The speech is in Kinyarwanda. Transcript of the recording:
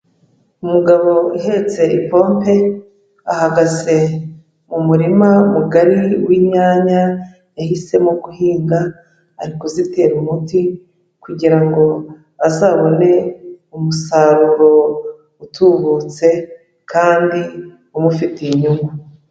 Umugabo uhetse ipope ahagaze mu murima mugari w’inyanya yahisemo guhinga, ari kuzitera umuti kugira ngo azabone umusaruro utubutse kandi umufitiye inyungu.